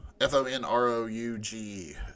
F-O-N-R-O-U-G